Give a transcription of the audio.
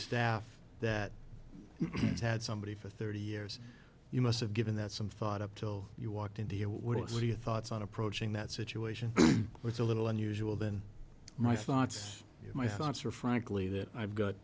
staff that has had somebody for thirty years you must have given that some thought up till you walked into what are your thoughts on approaching that situation with a little unusual than my thoughts my thoughts are frankly that i've got